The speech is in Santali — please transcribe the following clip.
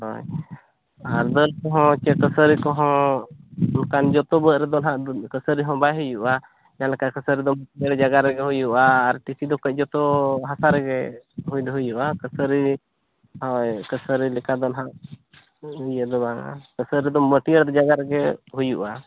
ᱦᱳᱭ ᱟᱨ ᱫᱟᱹᱞ ᱠᱚᱦᱚᱸ ᱥᱮ ᱠᱟᱹᱥᱟᱹᱨᱤ ᱠᱚᱦᱚᱸ ᱚᱱᱠᱟᱱ ᱡᱚᱛᱚ ᱵᱟᱹᱫ ᱨᱮᱫᱚ ᱦᱟᱸᱜ ᱠᱟᱹᱥᱟᱹᱨᱤ ᱦᱚᱸ ᱵᱟᱭ ᱦᱩᱭᱩᱜᱼᱟ ᱡᱮᱞᱮᱠᱟ ᱠᱟᱹᱥᱟᱹᱨᱤ ᱫᱚ ᱵᱟᱹᱭᱦᱟᱹᱲ ᱡᱟᱭᱜᱟ ᱨᱮᱜᱮ ᱦᱩᱭᱩᱜᱼᱟ ᱟᱨ ᱴᱤᱥᱤ ᱫᱚ ᱠᱟᱹᱡ ᱡᱚᱛᱚ ᱦᱟᱥᱟ ᱨᱮᱜᱮ ᱦᱩᱭ ᱫᱚ ᱦᱩᱭᱩᱜᱼᱟ ᱠᱟᱹᱥᱟᱹᱨᱤ ᱦᱳᱭ ᱠᱟᱹᱥᱟᱹᱨᱤ ᱞᱮᱠᱟ ᱫᱚ ᱱᱟᱦᱟᱸᱜ ᱤᱭᱟᱹ ᱫᱚ ᱵᱟᱝᱟ ᱠᱟᱹᱥᱟᱹᱨᱤ ᱫᱚ ᱢᱟᱹᱴᱭᱟᱹᱨ ᱡᱟᱭᱜᱟ ᱨᱮᱜᱮ ᱦᱩᱭᱩᱜᱼᱟ